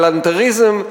כלנתריזם.